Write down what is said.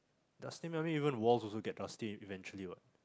dusty even walls also get dusty eventually what